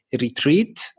retreat